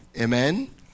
Amen